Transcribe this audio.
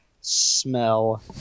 smell